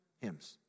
Hymns